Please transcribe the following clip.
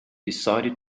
decided